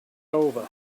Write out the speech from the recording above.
over